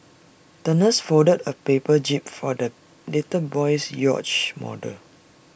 the nurse folded A paper jib for the little boy's yacht model